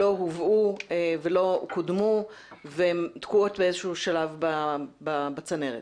לא הובאו ולא קודמו והן תקועות באיזשהו שלב בצנרת.